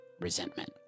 resentment